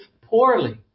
poorly